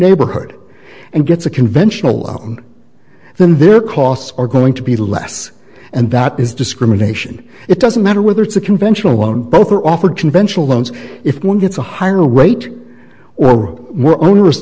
neighborhood and gets a conventional loan then their costs are going to be less and that is discrimination it doesn't matter whether it's a conventional loan both are offered conventional loans if one gets a higher wage or more onerous